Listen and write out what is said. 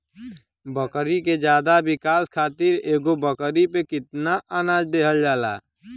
बकरी के ज्यादा विकास खातिर एगो बकरी पे कितना अनाज देहल जाला?